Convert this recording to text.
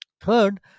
Third